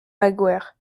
magoër